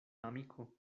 amiko